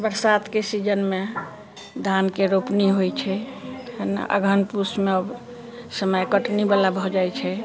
बरसातके सीजनमे धानके रोपनी होइ छै अगहन पूसमे समय कटनीवला भऽ जाइ छै